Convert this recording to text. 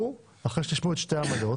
תנועה אלמד עוד ועוד מושכלות יסוד של המקום הזה.